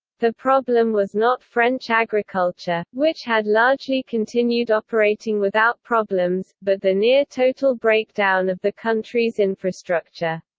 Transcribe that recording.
the problem was not french agriculture, which had largely continued operating without problems, but the near-total breakdown of the country's infrastructure.